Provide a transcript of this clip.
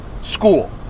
school